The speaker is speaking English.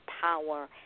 power